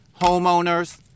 homeowners